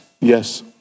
Yes